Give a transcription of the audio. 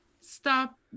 stop